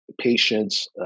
patients